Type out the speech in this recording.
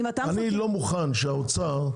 אני לא מוכן שהאוצר,